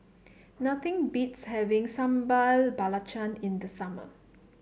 nothing beats having Sambal Belacan in the summer